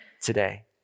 today